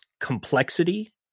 complexity